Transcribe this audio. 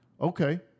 okay